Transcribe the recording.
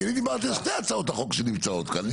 אני דיברתי על שתי הצעות החוק שנמצאות כאן.